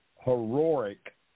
heroic